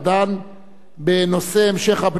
בנושא המשך הבנייה בהתנחלויות.